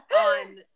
on